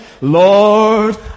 Lord